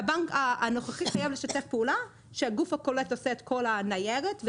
והבנק הנוכחי חייב לשתף פעולה שהגוף הקולט עושה את כל הניירת,